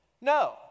No